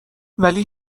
ولی